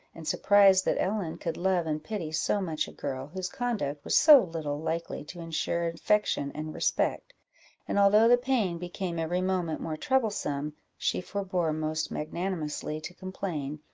and surprised that ellen could love and pity so much a girl whose conduct was so little likely to ensure affection and respect and although the pain became every moment more troublesome, she forbore most magnanimously to complain,